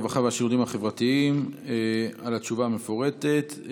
הרווחה והשירותים החברתיים על התשובה המפורטת.